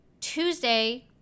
tuesday